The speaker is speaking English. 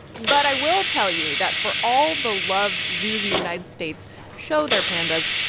but i will tell you that for all the love zoos in the united states show their pandas,